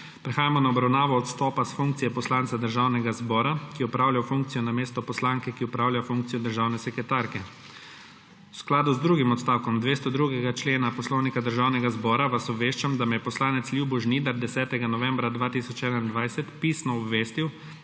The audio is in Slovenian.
Prehajamo na obravnavo odstopa s funkcije poslanca Državnega zbora, ki je opravljal funkcijo namesto poslanke, ki opravlja funkcijo državne sekretarke. V skladu z drugim odstavkom 202. člena Poslovnika Državnega zbora vas obveščam, da me je poslanec Ljubo Žnidar 10. novembra 2021 pisno obvestil,